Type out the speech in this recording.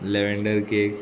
lavender cake